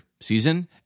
season